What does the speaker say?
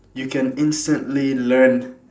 you can instantly learn